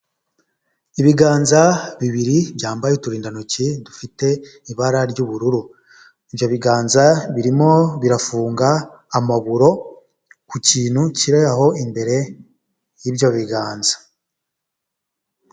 Ibiganza bibiri byambaye uturindantoki dufite ibara ry'ubururu, ibyo biganza birimo birafunga amaburo ku kintu kiraho imbere y'ibyo biganza.